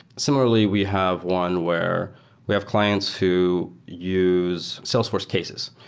similarly, we have one where we have clients who use salesforce's cases,